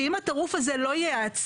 שאם הטירוף הזה לא ייעצר,